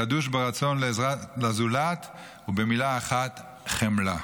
גדוש ברצון לעזרה לזולת, ובמילה אחת, חמלה.